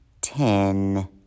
Ten